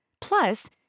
Plus